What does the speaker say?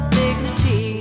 dignity